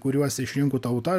kuriuos išrinko tauta